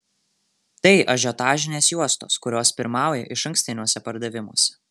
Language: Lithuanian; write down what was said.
tai ažiotažinės juostos kurios pirmauja išankstiniuose pardavimuose